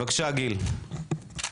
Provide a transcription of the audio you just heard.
גיל, בבקשה.